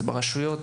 ברשויות